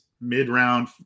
mid-round